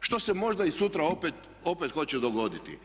što se možda i sutra opet, opet hoće dogoditi.